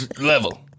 level